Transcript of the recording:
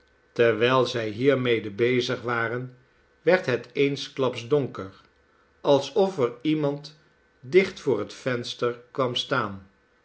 terwijl zij hiermede bezig waren werd het eensklaps donker alsof er iemand dicht voor het venster kwam staan